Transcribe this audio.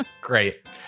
Great